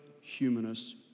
humanist